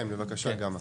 כן בבקשה גמא.